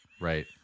Right